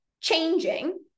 changing